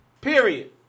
Period